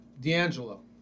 D'Angelo